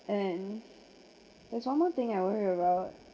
and there's one more thing I worry about